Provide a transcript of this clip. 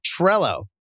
Trello